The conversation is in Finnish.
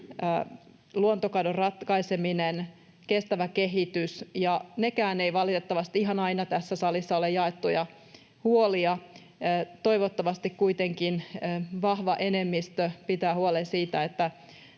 luontokadon ratkaiseminen, kestävä kehitys, ja nekään eivät valitettavasti ihan aina ole jaettuja huolia tässä salissa. Toivottavasti kuitenkin vahva enemmistö pitää huolen siitä, että